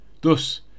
Thus